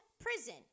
prison